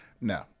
No